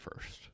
first